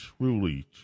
truly